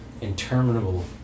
interminable